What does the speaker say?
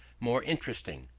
more interesting.